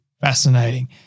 fascinating